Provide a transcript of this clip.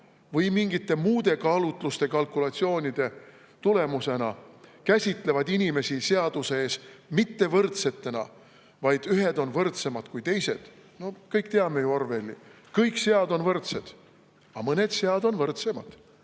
või mingite muude kaalutluste, kalkulatsioonide tulemusena käsitlevad inimesi seaduse ees mittevõrdsetena: ühed on võrdsemad kui teised. Kõik me teame ju Orwelli: kõik sead on võrdsed, aga mõned sead on võrdsemad.